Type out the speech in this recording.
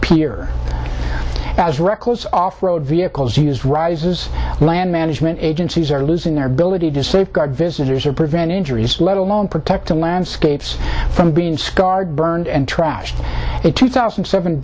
peer as reckless off road vehicles use rises land management agencies are losing their ability to safeguard visitors or prevent injuries let alone protect the landscapes from being scarred burned and trashed it two thousand and seven